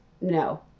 No